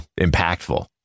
impactful